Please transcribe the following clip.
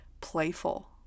playful